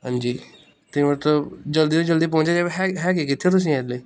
ਹਾਂਜੀ ਅਤੇ ਮਤਲਬ ਜਲਦੀ ਤੋਂ ਜਲਦੀ ਪਹੁੰਚਿਆ ਜਾਵੇ ਹੈਗੇ ਹੈਗੇ ਕਿੱਥੇ ਹੋ ਤੁਸੀਂ ਹਾਲੇ